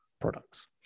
products